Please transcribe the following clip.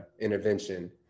intervention